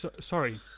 Sorry